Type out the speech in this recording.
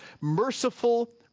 merciful